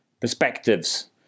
perspectives